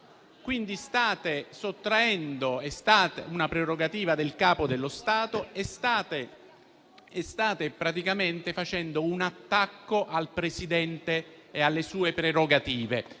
vita. State sottraendo una prerogativa al Capo dello Stato e state portando un attacco al Presidente e alle sue prerogative.